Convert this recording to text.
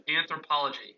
anthropology